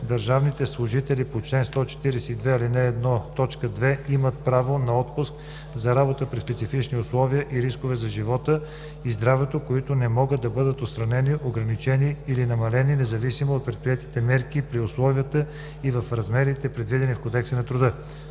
Държавните служители по чл. 142, ал. 1, т. 2 имат право на отпуск за работа при специфични условия и рискове за живота и здравето, които не могат да бъдат отстранени, ограничени или намалени, независимо от предприетите мерки, при условията и в размерите, предвидени в Кодекса на труда.“